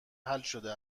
حلشده